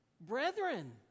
Brethren